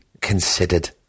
considered